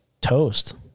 toast